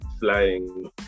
Flying